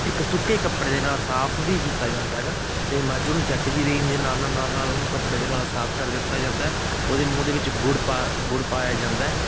ਇੱਕ ਸੁੱਕੇ ਕੱਪੜੇ ਦੇ ਨਾਲ ਸਾਫ ਵੀ ਕੀਤਾ ਜਾਂਦਾ ਹੈਗਾ ਅਤੇ ਮੱਝ ਉਹਨੂੰ ਚੱਟ ਵੀ ਰਹੀ ਹੁੰਦੀ ਨਾਲ ਨਾਲ ਨਾਲ ਨਾਲ ਉਹਨੂੰ ਕੱਪੜੇ ਦੇ ਨਾਲ ਸਾਫ ਕਰ ਦਿੱਤਾ ਜਾਂਦਾ ਉਹਦੇ ਮੂੰਹ ਦੇ ਵਿੱਚ ਗੁੜ ਪਾ ਗੁੜ ਪਾਇਆ ਜਾਂਦਾ